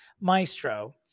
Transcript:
Maestro